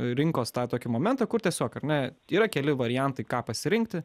rinkos tą tokį momentą kur tiesiog ar ne yra keli variantai ką pasirinkti